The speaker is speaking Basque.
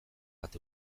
bat